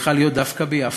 להיות דווקא ביפו?